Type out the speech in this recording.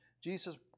Jesus